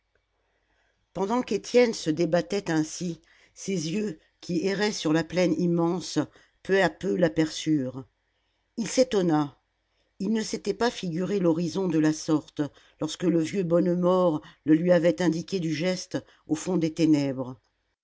pendant qu'étienne se débattait ainsi ses yeux qui erraient sur la plaine immense peu à peu l'aperçurent il s'étonna il ne s'était pas figuré l'horizon de la sorte lorsque le vieux bonnemort le lui avait indiqué du geste au fond des ténèbres